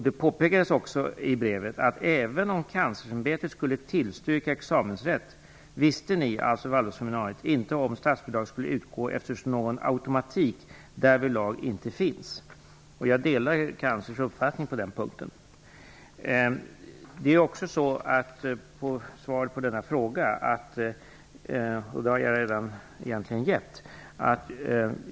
Det påpekas också i brevet: Även om - alltså Waldorfseminariet - inte om statsbidrag skulle utgå, eftersom någon automatik därvidlag inte finns. Jag delar kanslerns uppfattning på den punkten. Svaret på denna fråga har jag egentligen redan givit.